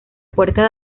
puerta